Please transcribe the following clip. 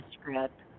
script